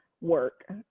work